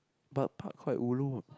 but park quite ulu